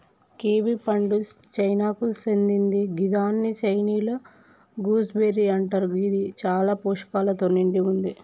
kiwi పండు చైనాకు సేందింది గిదాన్ని చైనీయుల గూస్బెర్రీ అంటరు గిది చాలా పోషకాలతో నిండి వుంది